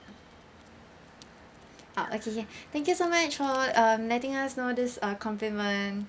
ah okay okay thank you so much for um letting us know this uh compliment